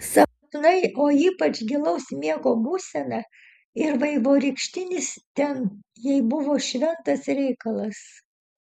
sapnai o ypač gilaus miego būsena ir vaivorykštinis ten jai buvo šventas reikalas